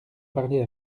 parlez